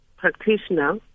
practitioner